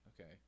okay